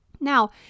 Now